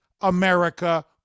America